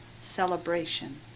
celebration